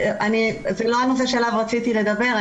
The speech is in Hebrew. זה לא הנושא שעליו רציתי לדבר.